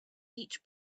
each